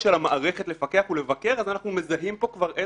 של המערכת לפקח ולבקר אז אנחנו באמת כבר מזהים פה איזושהי